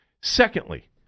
Secondly